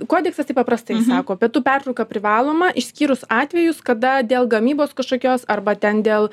kodeksas tai paprastai sako pietų pertrauka privaloma išskyrus atvejus kada dėl gamybos kažkokios arba ten dėl